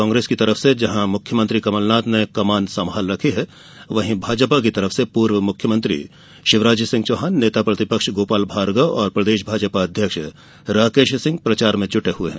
कांग्रेस की ओर से जहां कमान मुख्यमंत्री कमलनाथ ने संभाल रखी है वहीं भाजपा की ओर से पूर्व मुख्यमंत्री शिवराज सिंह चौहान नेता प्रतिपक्ष गोपाल भार्गव और प्रदेश भाजपा अध्यक्ष राकेश सिंह प्रचार में लगे हुए है